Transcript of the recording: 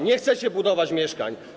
Nie chcecie budować mieszkań.